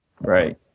Right